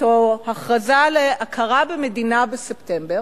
או להכרזה על הכרה במדינה בספטמבר,